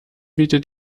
bietet